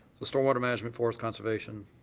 the storm water management, forest conservation.